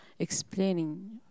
Explaining